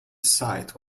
site